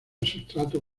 sustrato